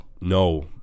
No